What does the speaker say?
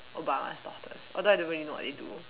Obama's daughters although I don't really know what they do